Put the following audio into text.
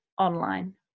online